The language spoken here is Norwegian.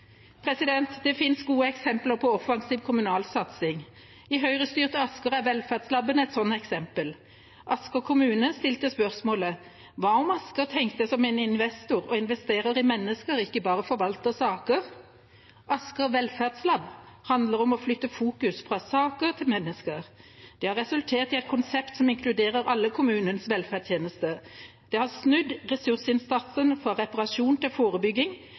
Det finnes gode eksempler på offensiv kommunal satsing. I Høyre-styrte Asker er velferdslaben en sånt eksempel. Asker kommune stilte spørsmålet: Hva om Asker tenker som en investor og investerer i mennesker og ikke bare forvalter saker? Asker velferdslab handler om å flytte fokus fra saker til mennesker. Det har resultert i et konsept som inkluderer alle velferdstjenestene i kommunen. Det har snudd ressursinnsatsen fra reparasjon til forebygging,